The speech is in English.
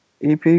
EP